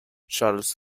charles